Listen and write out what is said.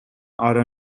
are